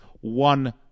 one